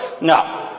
No